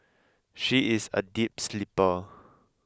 she is a deep sleeper